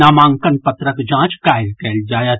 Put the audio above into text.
नामांकन पत्रक जांच काल्हि कयल जायत